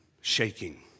shaking